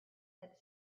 that